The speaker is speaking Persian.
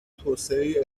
توسعه